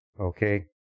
Okay